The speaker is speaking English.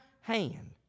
hand